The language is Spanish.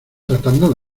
tratando